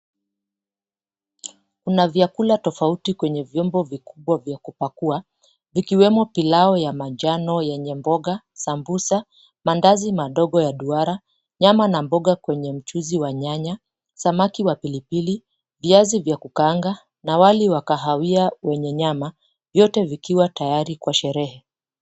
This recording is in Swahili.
Kuna vyakula tofauti kwenye vyombo vikubwa vya kupakua, vikiwemo pilau ya majano yenye mboga, sambusa, mandazi madogo ya duara, nyama na mboga kwenye mchuzi wa nyanya, samaki wa pilipili, viazi vya kukaanga na wali wa kahawia wenye nyama, vyote vikiwa tayari kwa sherehe.